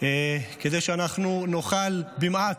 כדי שנוכל במעט,